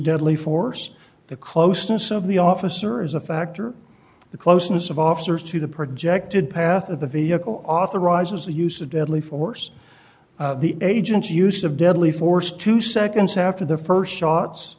deadly force the closeness of the officer is a factor the closeness of officers to the projected path of the vehicle authorizes the use of deadly force the agents use of deadly force two seconds after the st shots